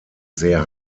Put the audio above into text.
sehr